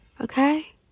okay